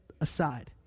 aside